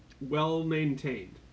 well-maintained